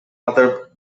other